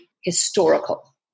historical